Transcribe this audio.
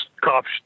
cops